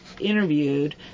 interviewed